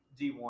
D1